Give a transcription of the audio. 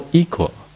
equal